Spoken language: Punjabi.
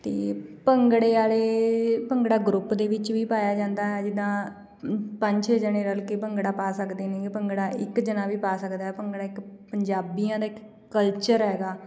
ਅਤੇ ਭੰਗੜੇ ਵਾਲੇ ਭੰਗੜਾ ਗਰੁੱਪ ਦੇ ਵਿੱਚ ਵੀ ਪਾਇਆ ਜਾਂਦਾ ਜਿੱਦਾਂ ਪੰਜ ਛੇ ਜਾਣੇ ਰਲ ਕੇ ਭੰਗੜਾ ਪਾ ਸਕਦੇ ਨੇ ਭੰਗੜਾ ਇੱਕ ਜਣਾ ਵੀ ਪਾ ਸਕਦਾ ਭੰਗੜਾ ਇੱਕ ਪੰਜਾਬੀਆਂ ਦਾ ਇੱਕ ਕਲਚਰ ਹੈਗਾ